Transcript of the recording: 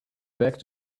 back